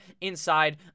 inside